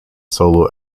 solo